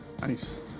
Nice